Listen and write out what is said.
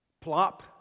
Plop